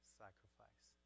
sacrifice